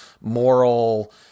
moral